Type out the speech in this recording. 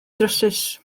drywsus